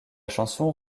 chanson